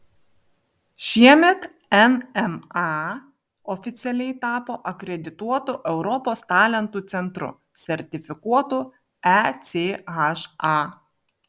šiemet nma oficialiai tapo akredituotu europos talentų centru sertifikuotu echa